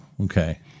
Okay